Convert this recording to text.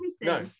no